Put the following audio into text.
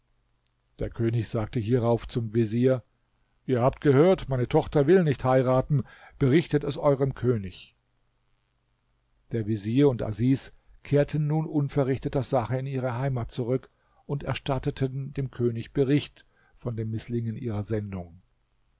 der könig sagte hierauf zum vezier ihr habt gehört meine tochter will nicht heiraten berichtet es euerm könig der vezier und asis kehrten nun unverrichteter sache in ihre heimat zurück und erstatteten dem könig bericht von dem mißlingen ihrer sendung